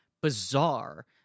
bizarre